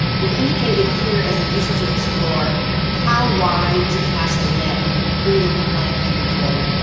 we've indicated here as an issue to explore how wide to cast the net in completing the plant inventory,